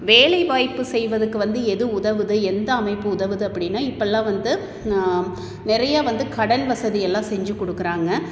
வேலைவாய்ப்பு செய்வதற்கு வந்து எது உதவுது எந்த அமைப்பு உதவுது அப்படின்னா இப்போல்லாம் வந்து நிறையா வந்து கடன் வசதி எல்லாம் செஞ்சுக் கொடுக்குறாங்க